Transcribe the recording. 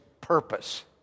purpose